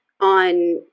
on